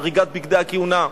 אריגת בגדי הכהונה.